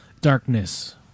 darkness